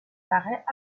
paraît